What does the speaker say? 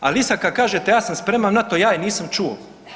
Al i sad kad kažete ja sam spreman na to ja je nisam čuo.